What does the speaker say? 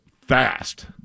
fast